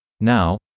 Now